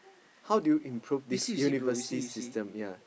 how do you improve this university system yea